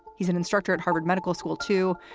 he's an instructor at harvard medical school, too,